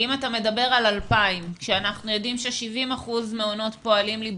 כי אם אתה מדבר על 2,000 כשאנחנו יודעים ש-70% מעונות פועלים בחוץ,